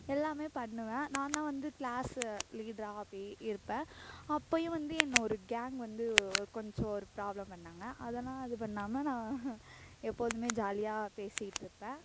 எல்லாம் பண்ணுவேன் நான்தான் வந்து க்ளாஸு லீடரா அப்படி இருப்பேன் அப்பயும் வந்து என்ன ஒரு கேங் வந்து கொஞ்சம் ஒரு ப்ராப்ளம் பண்ணாங்க அத இது பண்ணாமல் நான் எப்போதும் ஜாலியாக பேசிக்கிட்டுருப்பேன்